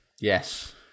Yes